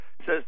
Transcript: says